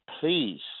please